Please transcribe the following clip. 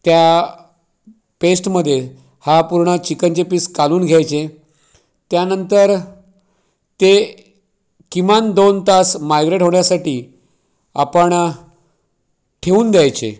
त्या पेस्टमध्ये हा पूर्ण चिकनचे पीस कालवून घ्यायचे त्यानंतर ते किमान दोन तास मायग्रेट होण्यासाठी आपण ठेवून द्यायचे